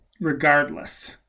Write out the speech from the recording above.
regardless